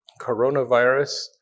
coronavirus